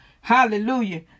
Hallelujah